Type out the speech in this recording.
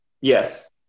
Yes